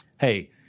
hey